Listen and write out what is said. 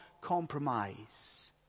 compromise